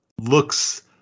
looks